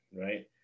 right